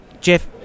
Jeff